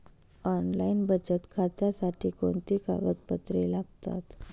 Online बचत खात्यासाठी कोणती कागदपत्रे लागतात?